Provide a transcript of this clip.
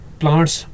plants